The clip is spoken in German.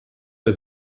der